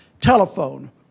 telephone